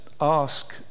ask